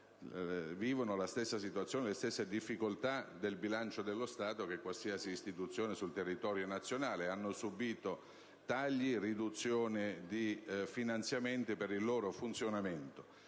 come tutte le istituzioni, le stesse difficoltà del bilancio dello Stato: al pari di qualsiasi istituzione sul territorio nazionale, hanno subito tagli e riduzioni di finanziamenti per il loro funzionamento.